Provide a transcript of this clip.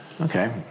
Okay